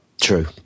True